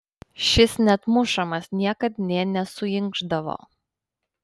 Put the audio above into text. šis net mušamas niekad nė nesuinkšdavo